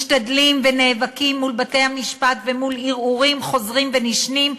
משתדלים ונאבקים מול בתי-המשפט ומול ערעורים חוזרים ונשנים,